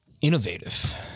innovative